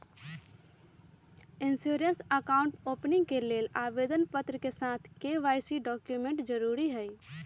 insurance account opening के लेल आवेदन पत्र के साथ के.वाई.सी डॉक्यूमेंट जरुरी हइ